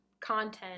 content